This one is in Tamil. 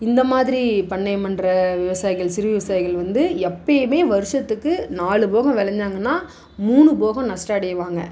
இந்த மாதிரி பண்ணையம் பண்ணுற விவசாயிகள் சிறு விவசாயிகள் வந்து எப்பேயுமே வருஷத்துக்கு நாலு போகம் விளஞ்சாங்கனா மூணு போகம் நஷ்டம் அடைவாங்க